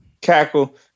cackle